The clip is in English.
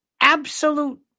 absolute